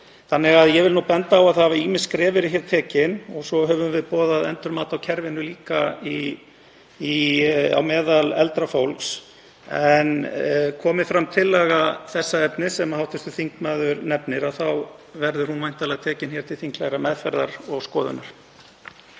árinu í ár. Ég vil því benda á að það hafa ýmis skref verið tekin og svo höfum við boðað endurmat á kerfinu líka meðal eldra fólks. En komi fram tillaga þessa efnis sem hv. þingmaður nefnir þá verður hún væntanlega tekin hér til þinglegrar meðferðar og skoðunar.